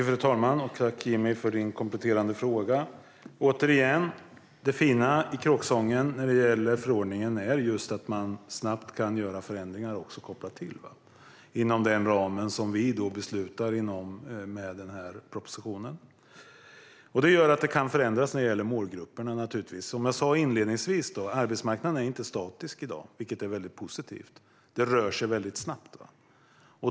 Fru talman! Tack, Jimmy, för din kompletterande fråga! Återigen: Det fina i kråksången när det gäller förordningen är just att man snabbt kan göra förändringar och även koppla på mer inom ramen som vi beslutar i och med propositionen. Det gör att detta kan förändras när det gäller målgrupperna. Som jag sa inledningsvis är marknaden inte statisk i dag, vilket är positivt. Den rör sig snabbt.